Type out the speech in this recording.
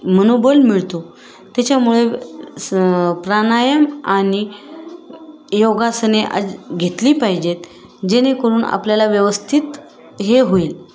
मनोबल मिळतो त्याच्यामुळे स प्राणायाम आणि योगासने आज घेतली पाहिजेत जेणेकरून आपल्याला व्यवस्थित हे होईल